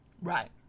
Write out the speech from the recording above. right